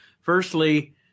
Firstly